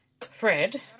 Fred